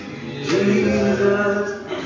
Jesus